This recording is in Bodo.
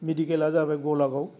मेडिकेला जाबाय गलागाव